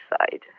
side